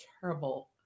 terrible